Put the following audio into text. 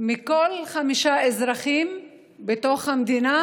מכל חמישה אזרחים במדינה